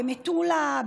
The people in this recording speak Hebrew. במטולה,